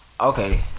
Okay